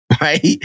right